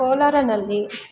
ಕೋಲಾರಿನಲ್ಲಿ